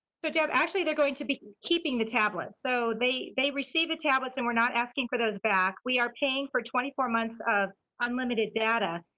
so actually, they're going to be keeping the tablet. so they they receive the tablets, and we're not asking for those back. we are paying for twenty four months of unlimited data.